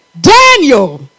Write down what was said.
Daniel